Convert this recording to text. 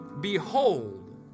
behold